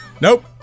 Nope